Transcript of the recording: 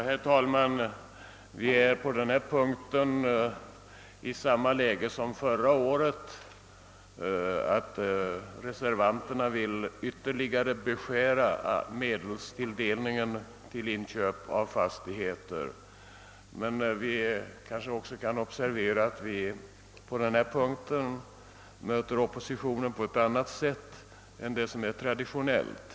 Herr talman! Vi befinner oss på denna punkt i samma läge som förra året, nämligen att reservanterna ytterligare vill beskära medelstilldelningen för inköp av fastigheter. Det kan emellertid kanske observeras att vi har att möta en opposition som uppträder på ett annat sätt än vad som är traditionellt.